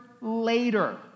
later